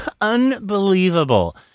Unbelievable